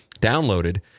downloaded